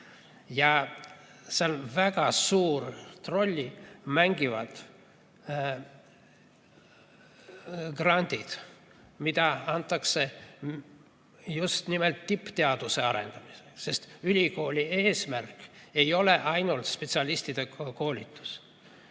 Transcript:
mängivad väga suurt rolli grandid, mida antakse just nimelt tippteaduse arendamiseks, sest ülikooli eesmärk ei ole ainult spetsialiste koolitada.